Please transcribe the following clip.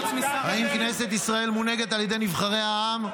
האם כנסת ישראל מונהגת על ידי נבחרי העם?